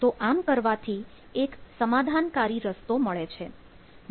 તો આમ કરવાથી એક સમાધાનકારી રસ્તો મળે છે